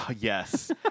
Yes